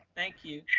thank you,